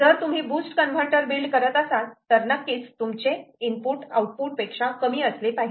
जर तुम्ही boost converter build करत असाल तर नक्कीच तुमचे इनपुट आउटपुट पेक्षा कमी असले पाहिजे